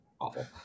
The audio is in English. awful